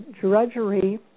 drudgery